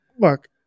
look